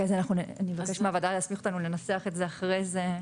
אני מבקשת מהוועדה להסמיך אותנו לנסח את זה אחרי הישיבה.